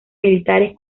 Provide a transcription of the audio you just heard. militares